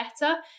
better